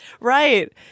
Right